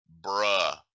Bruh